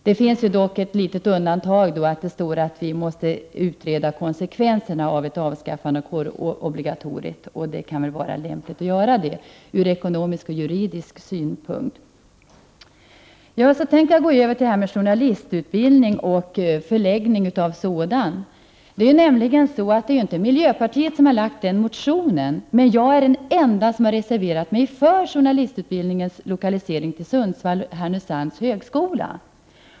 Det finns dock ett litet förbehåll: det är konsekvenserna av ett avskaffande av kårobligatoriet som skall utredas. Det kan vara lämpligt att göra det, inte minst från ekonomisk och juridisk synpunkt. Så till journalistutbildningen och förläggningen av denna. Det är ju inte miljöpartiet som avgett motionen, men jag är den enda som reserverat mig för en lokalisering av journalistutbildningen till högskolan i Sundsvall Härnösand.